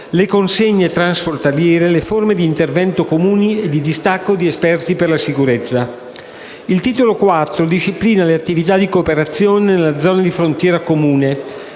le consegne transfrontaliere, le forme di intervento comuni e il distacco di esperti per la sicurezza. Il Titolo IV disciplina le attività di cooperazione nella zona di frontiera comune,